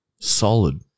solid